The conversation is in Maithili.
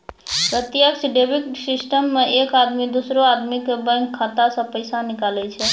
प्रत्यक्ष डेबिट सिस्टम मे एक आदमी दोसरो आदमी के बैंक खाता से पैसा निकाले छै